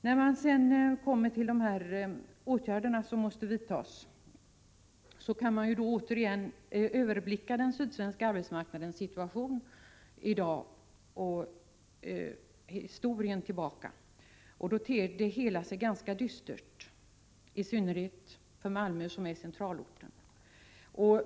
När man kommer till de åtgärder som måste vidtas bör man återigen överblicka den sydsvenska arbetsmarknadssituationen i dag och med historiskt perspektiv. Då ter det hela sig ganska dystert, i synnerhet för Malmö, som är centralorten.